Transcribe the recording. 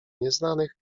nieznanych